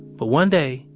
but one day,